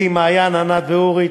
אתי, מעיין, ענת ואורי.